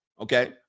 Okay